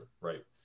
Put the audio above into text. right